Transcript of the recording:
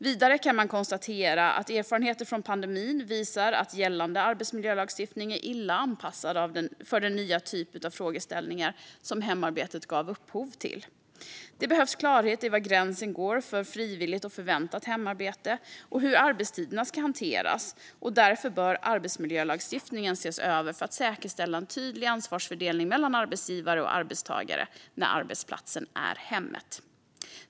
Vidare kan man konstatera att erfarenheter från pandemin visar att gällande arbetsmiljölagstiftning är illa anpassad för den nya typ av frågeställningar som hemarbetet gav upphov till. Det behövs klarhet i var gränsen går för frivilligt och förväntat hemarbete och hur arbetstiderna ska hanteras. Därför bör arbetsmiljölagstiftningen ses över för att säkerställa en tydlig ansvarsfördelning mellan arbetsgivare och arbetstagare när arbetsplatsen är i hemmet.